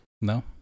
No